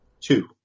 Two